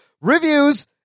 reviews